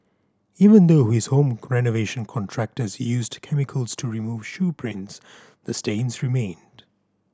even though his home renovation contractors used chemicals to remove shoe prints the stains remained